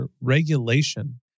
regulation